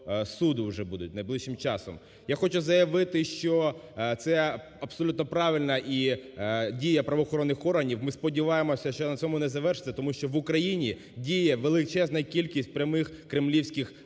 Я хочу заявити, що це абсолютно правильна дія правоохоронних органів. Ми сподіваємося, що на цьому не завершиться, тому що в Україні діє величезна кількість прямих кремлівських агентів,